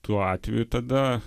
tuo atveju tada